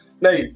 Now